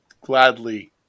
gladly